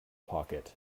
pocket